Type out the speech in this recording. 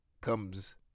comes